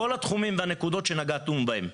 כל התחומים והנקודות שנגענו בהם.